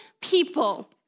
people